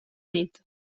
nit